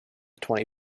twenty